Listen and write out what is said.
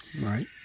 Right